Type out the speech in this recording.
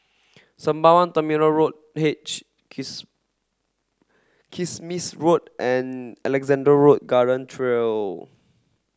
Sembawang Terminal Road H Kiss Kismis Road and Alexandra Road Garden Trail